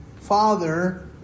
father